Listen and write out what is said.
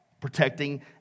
protecting